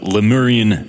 Lemurian